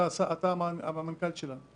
אתה המנכ"ל שלנו.